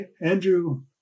Andrew